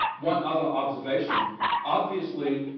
one other observation obviously,